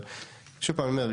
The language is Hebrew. אבל שוב פעם אני אומר,